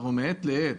אנחנו מעת לעת